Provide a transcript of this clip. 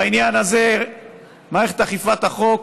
בעניין הזה מערכת אכיפת החוק